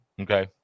Okay